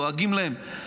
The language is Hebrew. דואגים להם.